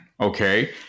okay